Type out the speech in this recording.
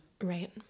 right